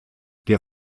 der